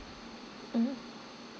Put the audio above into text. mm